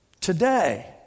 today